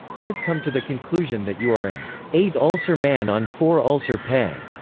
i've come to the conclusion that you are an eight ulcer man on four ulcer pay.